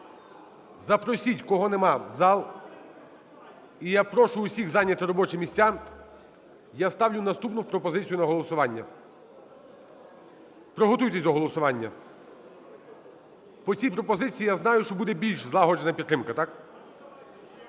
запросіть, кого нема, в зал. І я прошу всіх зайняти робочі місця. Я ставлю наступну пропозицію на голосування. Приготуйтесь до голосування. По цій пропозиції, я знаю, що буде більш злагоджена підтримка – так?